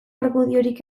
argudiorik